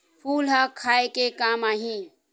फूल ह खाये के काम आही?